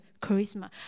charisma